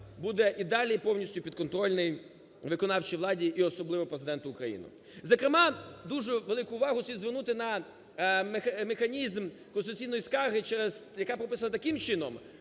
буде і далі повністю підконтрольний виконавчій владі і особливо Президентові України. Зокрема, дуже велику увагу слід звернути на механізм конституційної скарги через… яка прописана таким чином,